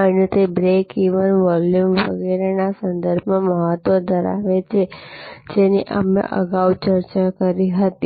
અને તે break even volume વગેરેના સંદર્ભમાં મહત્વ ધરાવે છે જેની અમે અગાઉ ચર્ચા કરી હતી